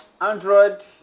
android